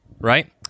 right